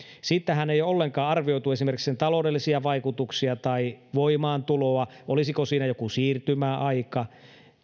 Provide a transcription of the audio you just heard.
siinähän ei ole ollenkaan arvioitu esimerkiksi sen taloudellisia vaikutuksia tai voimaantuloa olisiko siinä joku siirtymäaika